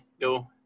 go